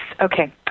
Okay